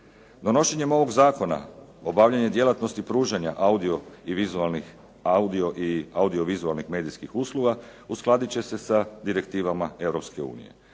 Donošenjem ovog zakona obavljanje djelatnosti pružanja audio i vizualnih, audio-vizualnih medijskih usluga uskladit će se sa direktivama